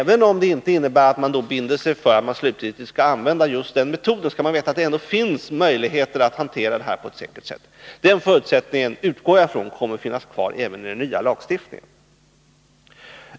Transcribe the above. Även om man inte binder sig för att slutgiltigt använda just den ifrågavarande metoden, skall man veta att det finns möjligheter att hantera avfallet på ett säkert sätt. Den förutsättningen utgår jag från kommer att finnas kvar även i den nya lagstiftningen.